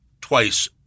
twice